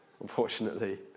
unfortunately